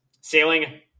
sailing